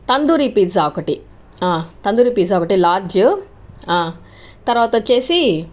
tandoori pizza ఒకటి tandoori pizza ఒకటి large తర్వాతొచ్చేసి